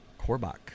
korbach